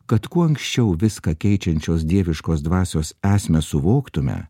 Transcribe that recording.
kad kuo anksčiau viską keičiančios dieviškos dvasios esmę suvoktume